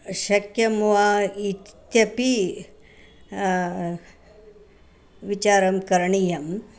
शक्यं वा इत्यपि विचारः करणीयः